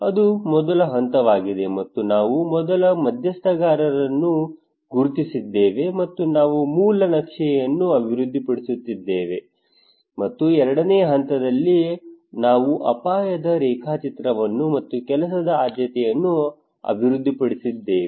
ಅದು ಮೊದಲ ಹಂತವಾಗಿದೆ ಮತ್ತು ನಾವು ಮೊದಲು ಮಧ್ಯಸ್ಥಗಾರರನ್ನು ಗುರುತಿಸಿದ್ದೇವೆ ಮತ್ತು ನಾವು ಮೂಲ ನಕ್ಷೆಯನ್ನು ಅಭಿವೃದ್ಧಿಪಡಿಸಿದ್ದೇವೆ ಮತ್ತು ಎರಡನೇ ಹಂತದಲ್ಲಿ ನಾವು ಅಪಾಯದ ರೇಖಾಚಿತ್ರವನ್ನು ಮತ್ತು ಕೆಲಸದ ಆದ್ಯತೆಯನ್ನು ಅಭಿವೃದ್ಧಿಪಡಿಸಿದ್ದೇವೆ